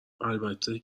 البته